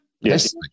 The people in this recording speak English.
Yes